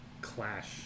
clash